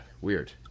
weird